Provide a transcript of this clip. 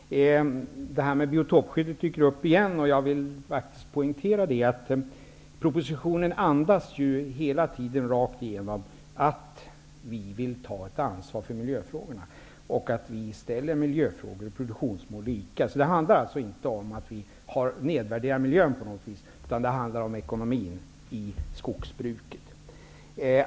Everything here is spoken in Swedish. Herr talman! Frågan om biotopskyddet dyker upp igen. Jag vill betona att propositionen visar att vi vill ta ett ansvar för miljöfrågorna och att vi jämställer miljöfrågor och produktionsmål. Det handlar alltså inte om att vi nedvärderar miljön, utan om ekonomin i skogsbruket.